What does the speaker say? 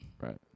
Right